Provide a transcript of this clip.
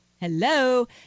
Hello